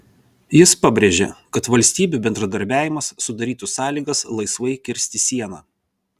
jis pabrėžė kad valstybių bendradarbiavimas sudarytų sąlygas laisvai kirsti sieną